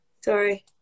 Sorry